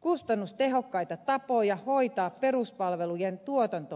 kustannustehokkaita tapoja hoitaa peruspalvelujen tuotanto laadukkaasti